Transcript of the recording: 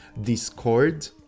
Discord